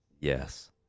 Yes